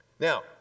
Now